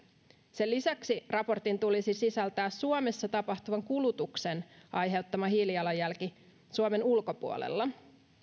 sen lisäksi raportin tulisi sisältää suomessa tapahtuvan kulutuksen aiheuttama hiilijalanjälki suomen ulkopuolella